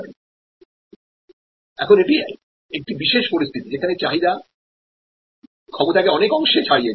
Refer Time 3031 এখন এটি একটি বিশেষ পরিস্থিতি যেখানে চাহিদা সক্ষমতা কে অনেক অংশে ছাড়িয়ে যায়